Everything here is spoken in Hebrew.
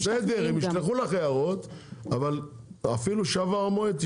מיכל בסדר הם ישלחו לך הערות אבל אפילו שעבר המועד,